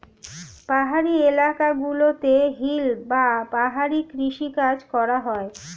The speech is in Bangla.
পাহাড়ি এলাকা গুলোতে হিল বা পাহাড়ি কৃষি কাজ করা হয়